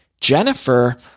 Jennifer